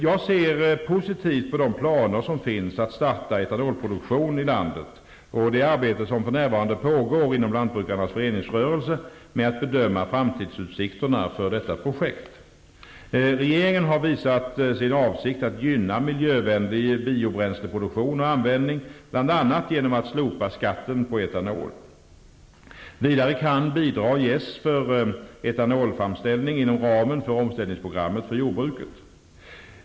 Jag ser positivt på de planer som finns att starta etanolproduktion i landet och på det arbete som för närvarande pågår inom lantbrukarnas föreningsrörelse med att bedöma framtidsutsikterna för detta projekt. Regeringen har visat sin avsikt att gynna miljövänlig biobränsleproduktion och - användning, bl.a. genom att slopa skatten på etanol. Vidare kan bidrag ges för etanolframställning inom ramen för omställningsprogrammet för jordbruket.